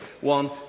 One